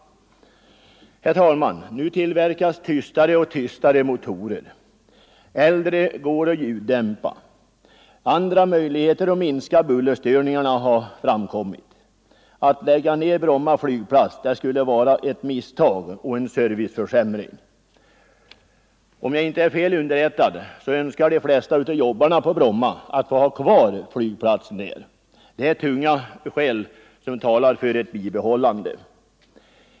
Herr talman! Nu tillverkas tystare och tystare motorer, äldre motorer kan få bättre ljuddämpare och även andra möjligheter att minska bullerstörningarna har framkommit. Att lägga ned Bromma flygplats skulle vara ett misstag och en serviceförsämring. Om jag inte är felunderrättad önskar de flesta av jobbarna på Bromma att få ha kvar flygplatsen där. Det är tunga skäl som talar för ett bibehållande.